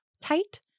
tight